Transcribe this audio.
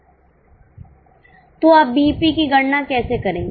तो आप बीईपी की गणना कैसे करेंगे